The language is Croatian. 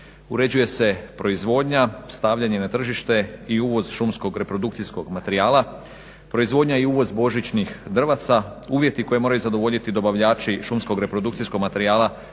uređuje se proizvodnje, stavljanje na tržište i uvoz šumskog reprodukcijskog materijala, proizvodnja i uvoz božićnih drvaca, uvjeti koje moraju zadovoljiti dobavljači šumskog reprodukcijskog materijala